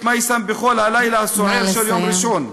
מייסם בכל הלילה הסוער של יום ראשון.